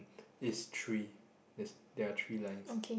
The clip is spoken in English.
it's three there're there are three lines